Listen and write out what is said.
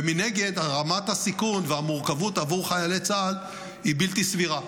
ומנגד רמת הסיכון והמורכבות עבור חיילי צה"ל הן בלתי סבירות.